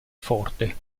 forte